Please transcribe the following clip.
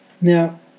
Now